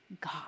God